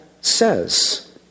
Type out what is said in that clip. says